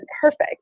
perfect